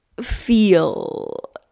feel